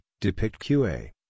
DepictQA